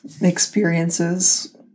experiences